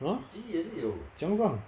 !huh! 这么样放